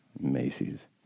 macy's